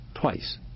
twice